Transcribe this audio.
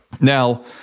Now